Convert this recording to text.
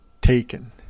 taken